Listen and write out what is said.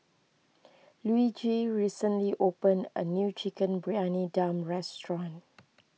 Luigi recently opened a new Chicken Briyani Dum restaurant